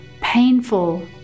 painful